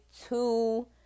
two